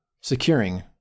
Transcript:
securing